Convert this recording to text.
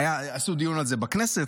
עשו דיון על זה בכנסת.